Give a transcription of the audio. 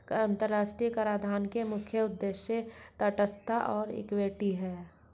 अंतर्राष्ट्रीय कराधान के मुख्य उद्देश्य तटस्थता और इक्विटी हैं